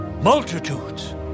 Multitudes